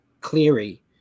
Cleary